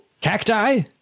cacti